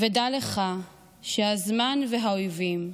"ודע לך שהזמן והאויבים,